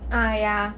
ah ya